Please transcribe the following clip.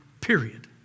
period